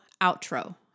outro